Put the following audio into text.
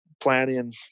planning